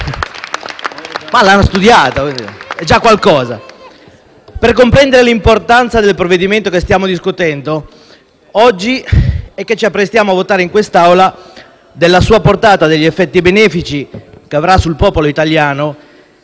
Ma l'hanno studiata, ed è già qualcosa. Per comprendere l'importanza del provvedimento che stiamo discutendo oggi e che ci apprestiamo a votare in quest'Aula, della sua portata e degli effetti benefici che avrà sul popolo italiano,